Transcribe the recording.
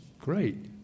great